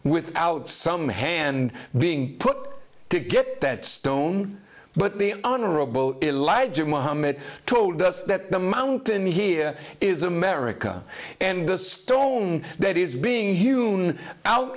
without some hand being put to get that stone but the honorable elijah mohammed told us that the mountain here is america and the stone that is being human out